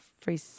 free